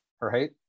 right